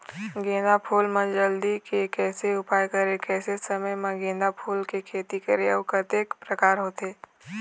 गेंदा फूल मा जल्दी के कैसे उपाय करें कैसे समय मा गेंदा फूल के खेती करें अउ कतेक प्रकार होथे?